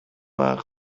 عقد